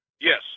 Yes